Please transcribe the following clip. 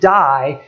die